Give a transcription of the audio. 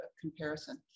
comparison